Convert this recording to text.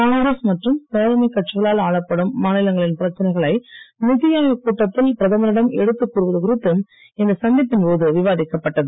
காங்கிரஸ் மற்றும் தோழமைக் கட்சிகளால் ஆளப்படும் மாநிலங்களின் பிரச்சனைகளை நிதி ஆயோக் கூட்டத்தில் பிரதமரிடம் எடுத்துக் கூறுவது குறித்து இந்த சந்திப்பின் போது விவாதிக்கப்பட்டது